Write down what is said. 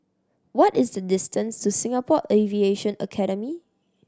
what is the distance to Singapore Aviation Academy